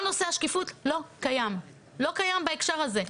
כל נושא השקיפות לא קיים בהקשר הזה.